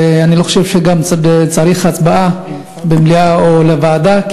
אני לא חושב שצריך הצבעה אם לדון במליאה או בוועדה,